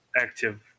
active